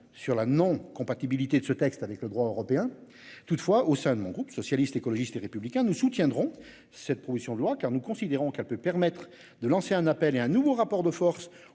sur la non-compatibilité de ce texte avec le droit européen toutefois au sein de mon groupe socialiste, écologiste et républicain. Nous soutiendrons cette proposition de loi car nous considérons qu'elle peut permettre de lancer un appel et un nouveau rapport de force